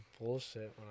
bullshit